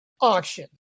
auction